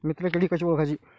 मित्र किडी कशी ओळखाची?